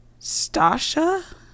Stasha